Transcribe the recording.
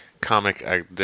comic